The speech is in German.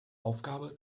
aufgabe